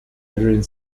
veterans